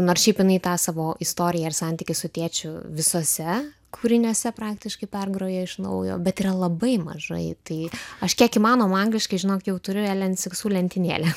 nors šiaip jinai tą savo istoriją ir santykį su tėčiu visuose kūriniuose praktiškai pergroja iš naujo bet yra labai mažai tai aš kiek įmanoma angliškai žinok jau turiu elen siksu lentynėlę